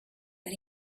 but